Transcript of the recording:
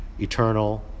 eternal